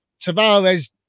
Tavares